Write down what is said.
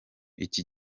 iki